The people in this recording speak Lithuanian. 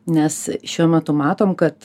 nes šiuo metu matom kad